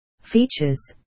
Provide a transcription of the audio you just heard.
Features